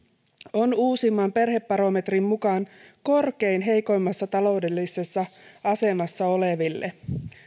on uusimman perhebarometrin mukaan korkein heikoimmassa taloudellisessa asemassa oleville